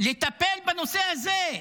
שיטפל בנושא הזה,